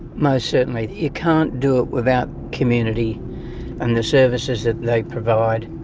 most certainly, you can't do it without community and the services that they provide,